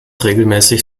regelmäßig